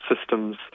systems